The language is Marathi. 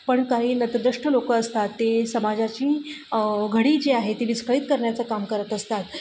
पण काही नतद्रष्ट लोकं असतात ते समाजाची घडी जी आहे ती विस्कळीत करण्याचं काम करत असतात